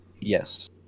yes